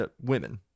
Women